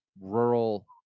rural